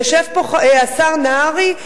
יושב פה השר נהרי,